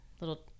little